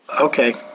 Okay